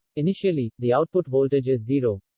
initially, the output voltage is zero.